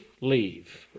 leave